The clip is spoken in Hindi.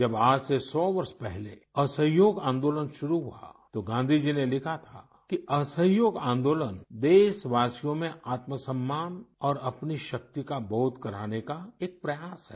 जब आज से सौ वर्ष पहले असहयोग आंदोलन शुरू हुआ तो गांधी जी ने लिखा था कि असहयोग आन्दोलन देशवासियों में आत्मसम्मान और अपनी शक्ति का बोध कराने का एक प्रयास है